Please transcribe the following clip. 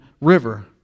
River